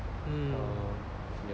mm